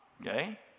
okay